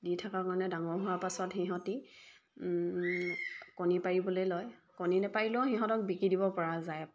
দি থকাৰ কাৰণে ডাঙৰ হোৱাৰ পাছত সিহঁতি কণী পাৰিবলৈ লয় কণী নেপাৰিলেও সিহঁতক বিকি দিব পৰা যায়